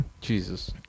Jesus